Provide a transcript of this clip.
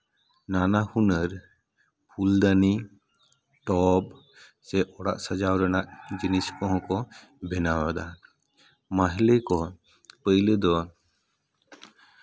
ᱱᱟᱱᱟ ᱦᱩᱱᱟᱹᱨ ᱯᱷᱩᱞᱫᱟᱹᱱᱤ ᱴᱚᱵ ᱥᱮ ᱚᱲᱟᱜ ᱥᱟᱡᱟᱣ ᱨᱮᱱᱟᱜ ᱡᱤᱱᱤᱥ ᱠᱚᱦᱚᱸ ᱠᱚ ᱵᱮᱱᱟᱣ ᱮᱫᱟ ᱢᱟᱦᱞᱮ ᱠᱚ ᱯᱳᱭᱞᱳ ᱫᱚ